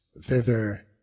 thither